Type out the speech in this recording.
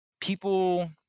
people